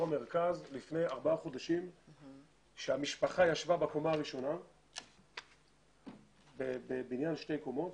המרכז שהמשפחה ישבה בקומה הראשונה בדירת שתי קומות